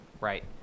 right